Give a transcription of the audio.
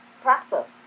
Practice